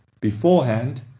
beforehand